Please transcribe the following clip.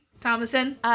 Thomason